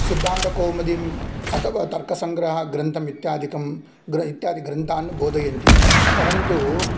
सिद्धान्तकौमुदीम् अथवा तर्कसङ्ग्रहग्रन्थमित्यादिकं ग्र इत्यादिग्रन्थान् बोधयन्ति परन्तु